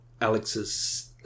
Alex's